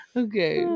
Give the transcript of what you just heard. okay